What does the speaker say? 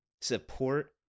support